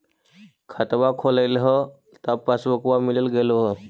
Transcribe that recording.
खतवा खोलैलहो तव पसबुकवा मिल गेलो?